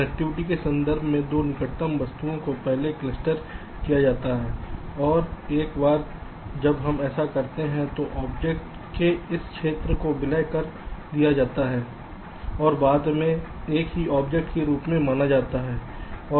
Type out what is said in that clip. connectivity के संदर्भ में 2 निकटतम वस्तुओं को पहले क्लस्टर किया जाता है और एक बार जब हम ऐसा करते हैं तो ऑब्जेक्ट के इस क्षेत्र को विलय कर दिया जाता है और बाद में एक ही ऑब्जेक्ट के रूप में माना जाता है